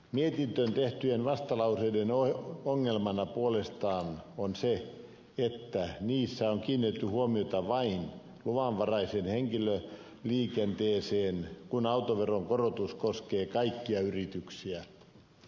mietintöön tehtyjen vastalauseiden ongelmana puolestaan on se että niissä on kiinnitetty huomiota vain luvanvaraiseen henkilöliikenteeseen kun autoveron korotus koskee kaikkia yrityksiä